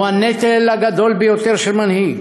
זהו הנטל הגדול ביותר של מנהיג,